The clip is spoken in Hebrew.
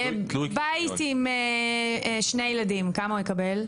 בית עם שני ילדים כמה הוא יקבל?